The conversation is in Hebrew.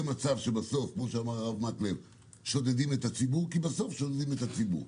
מצב שבסוף שודדים את הציבור כי בסוף שודדים את הציבור.